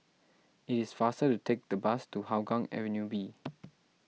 it is faster to take the bus to Hougang Avenue B